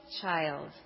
child